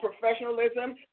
professionalism